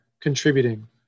contributing